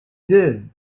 did